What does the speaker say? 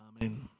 Amen